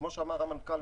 כמו שאמר המנכ"ל,